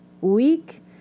week